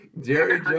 Jerry